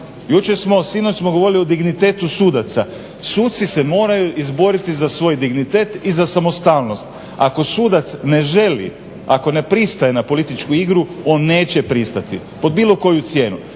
Jučer smo sinoć smo govorili o dignitetu sudaca, suci se moraju izboriti za svoj dignitet i za samostalnost. Ako sudac ne želi ako ne pristaje na političku igru on neće pristati pod bilo koju cijenu.